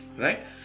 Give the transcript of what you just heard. right